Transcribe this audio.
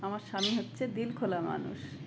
আমার স্বামী হচ্ছে দিল খোলা মানুষ